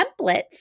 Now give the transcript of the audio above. templates